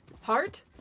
Heart